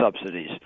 subsidies